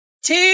two